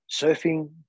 Surfing